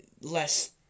less